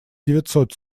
девятьсот